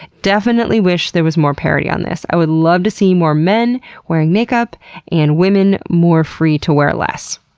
definitely wish there was more parity on this. i would love to see more men wearing makeup and women more free to wear less.